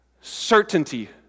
Certainty